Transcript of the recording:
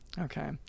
okay